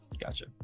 gotcha